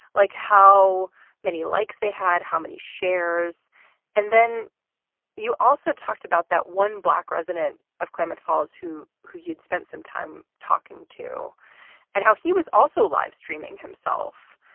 like how many likes they had, how many shares and then you also talked about that one black resident of klamath falls who who you'd spent some time talking to and how he was also live streaming himself.